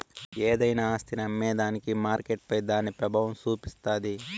ఏదైనా ఆస్తిని అమ్మేదానికి మార్కెట్పై దాని పెబావం సూపిస్తాది